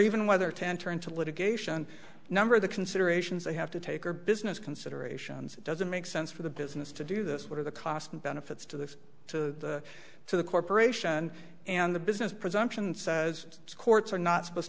even whether to enter into litigation number the considerations they have to take are business considerations it doesn't make sense for the business to do this what are the cost and benefits to this to to the corporation and the business presumption says courts are not supposed